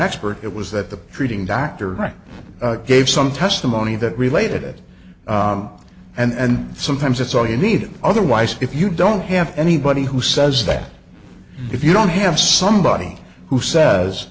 expert it was that the treating doctor right gave some testimony that related it and sometimes it's all you need otherwise if you don't have anybody who says that if you don't have somebody who says